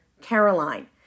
Caroline